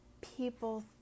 people